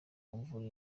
mvura